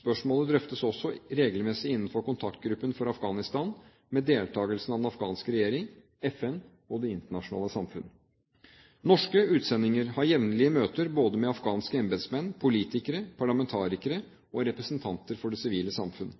Spørsmålet drøftes også regelmessig innenfor kontaktgruppen for Afghanistan, med deltakelse av den afghanske regjering, FN og det internasjonale samfunn. Norske utsendinger har jevnlige møter med afghanske embetsmenn, politikere, parlamentarikere og representanter for det sivile samfunn.